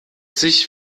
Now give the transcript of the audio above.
sich